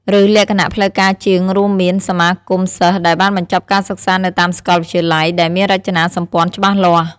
ឬលក្ខណៈផ្លូវការជាង រួមមាន សមាគមសិស្សដែលបានបញ្ចប់ការសិក្សានៅតាមសកលវិទ្យាល័យ ដែលមានរចនាសម្ព័ន្ធច្បាស់លាស់។